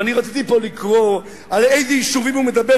ואני רציתי פה לקרוא על איזה יישובים הוא מדבר,